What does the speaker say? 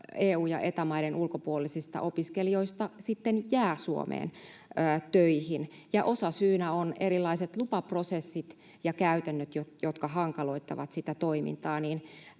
EU- ja Eta-maiden ulkopuolisista opiskelijoista sitten jää Suomeen töihin, ja osasyynä ovat erilaiset lupaprosessit ja käytännöt, jotka hankaloittavat sitä toimintaa.